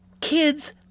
kids